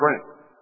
strength